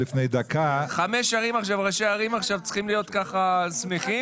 חמישה ראשי ערים צריכים להיות עכשיו שמחים